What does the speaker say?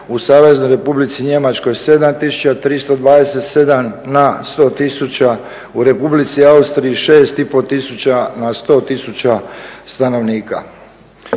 u Saveznoj Republici Njemačkoj 7327 na 100 tisuća u Republici Austriji 6,5 tisuća na 100 tisuća stanovnika.